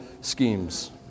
schemes